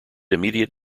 immediate